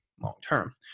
long-term